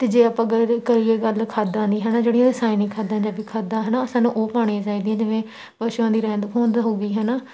ਅਤੇ ਜੇ ਆਪਾਂ ਗੱਲ ਕਰੀਏ ਗੱਲ ਖਾਦਾਂ ਦੀ ਹੈ ਨਾ ਜਿਹੜੀਆਂ ਰਸਾਇਣਿਕ ਖਾਦਾਂ ਜੈਵਿਕ ਖਾਦਾਂ ਹੈ ਨਾ ਸਾਨੂੰ ਉਹ ਪਾਉਣੀਆਂ ਚਾਹੀਦੀਆਂ ਜਿਵੇਂ ਪਸ਼ੂਆਂ ਦੀ ਰਹਿੰਦ ਖੂੰਹਦ ਹੋ ਗਈ ਹੈ ਨਾ